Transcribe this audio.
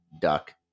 duck